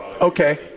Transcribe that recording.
okay